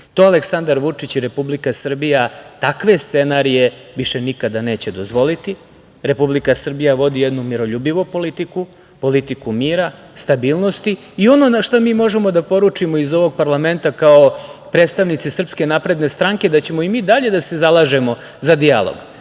KiM.Aleksandar Vučić i Republika Srbija takve scenarije više nikada neće dozvoliti. Republika Srbija vodi jednu miroljubivu politiku, politiku mira, stabilnosti. Ono što mi možemo da poručimo iz ovog parlamenta, kao predstavnici SNS, je da ćemo mi i dalje da se zalažemo za dijalog.